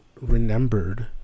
remembered